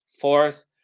Fourth